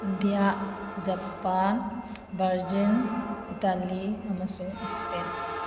India Japan Brazil Italy ꯑꯃꯁꯨꯡ ꯏꯁꯄꯦꯟ